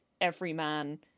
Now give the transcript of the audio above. everyman